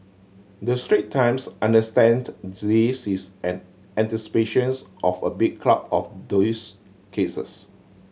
the Strait Times understand this is in anticipations of a big crowd of these cases